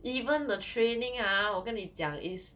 even the training ah 我跟你讲 is